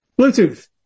Bluetooth